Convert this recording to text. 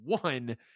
one